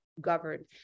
governed